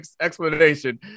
explanation